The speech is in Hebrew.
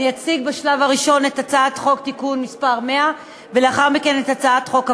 אני אציג בשלב הראשון את הצעת חוק התכנון והבנייה (תיקון מס' 100),